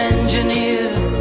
Engineers